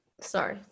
sorry